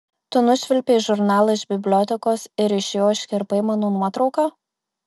tu nušvilpei žurnalą iš bibliotekos ir iš jo iškirpai mano nuotrauką